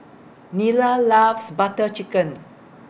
Nila loves Butter Chicken